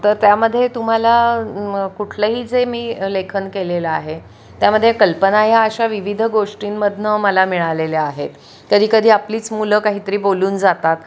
तर त्यामध्ये तुम्हाला कुठलंही जे मी लेखन केलेलं आहे त्यामध्ये कल्पना ह्या अशा विविध गोष्टींमधनं मला मिळालेल्या आहेत कधीकधी आपलीच मुलं काहीतरी बोलून जातात